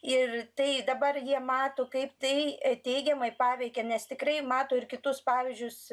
ir tai dabar jie mato kaip tai teigiamai paveikė nes tikrai mato ir kitus pavyzdžius